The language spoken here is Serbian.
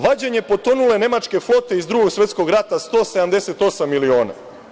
Vađenje potonule nemačke flote iz Drugog svetskog rata 178 miliona.